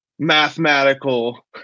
mathematical